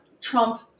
Trump